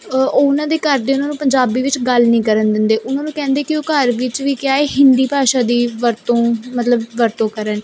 ਉਹਨਾਂ ਦੇ ਘਰ ਦੇ ਉਹਨਾਂ ਨੂੰ ਪੰਜਾਬੀ ਵਿੱਚ ਗੱਲ ਨਹੀਂ ਕਰਨ ਦਿੰਦੇ ਉਹਨਾਂ ਨੂੰ ਕਹਿੰਦੇ ਕਿ ਉਹ ਘਰ ਵਿੱਚ ਵੀ ਕਿਆ ਏ ਹਿੰਦੀ ਭਾਸ਼ਾ ਦੀ ਵਰਤੋਂ ਮਤਲਬ ਵਰਤੋਂ ਕਰਨ